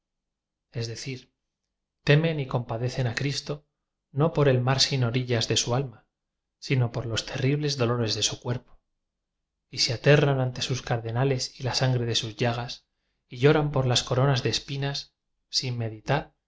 es decir temen y compadecen a cristo no por el mar sin orillas de su alma sino por los terribles dolores de su cuerpo y se aterran ante sus cardenales y la san gre de sus llagas y lloran por las coronas de espinas sin meditad